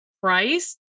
price